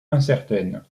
incertaine